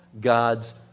God's